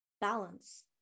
balance